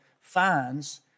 finds